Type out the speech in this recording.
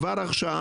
כבר עכשיו,